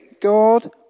God